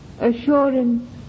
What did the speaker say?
assurance